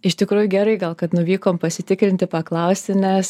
iš tikrųjų gerai gal kad nuvykom pasitikrinti paklausti nes